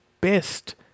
best